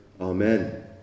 Amen